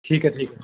ਠੀਕ ਹੈ ਠੀਕ ਹੈ